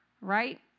right